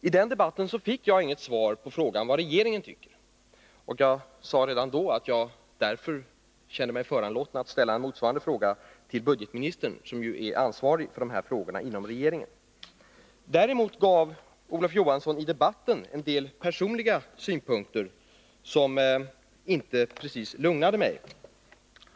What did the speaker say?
I den debatten fick jag inget svar på frågan om vad regeringen tyckte, och jag sade redan då att jag därför kände mig föranlåten att ställa en motsvarande fråga till budgetministern, som ju är ansvarig för de här frågorna inom regeringen. Däremot gav Olof Johansson i debatten en del personliga synpunkter, som inte precis lugnade mig.